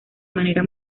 manera